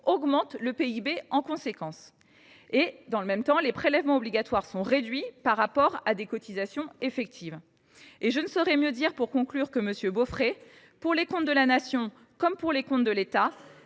augmente le PIB en conséquence. Dans le même temps, les prélèvements obligatoires sont réduits par rapport à des cotisations effectives. Pour conclure, je ne saurais dire mieux que M. Beaufret :« Pour les comptes de la Nation comme pour les comptes de l’État,